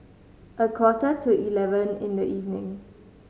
a quarter to eleven in the evening